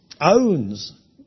owns